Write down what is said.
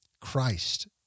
Christ